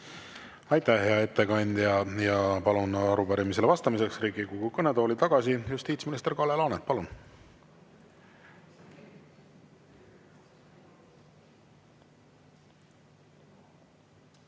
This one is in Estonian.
Aitäh, hea ettekandja! Palun arupärimisele vastamiseks Riigikogu kõnetooli tagasi justiitsminister Kalle Laaneti. Palun!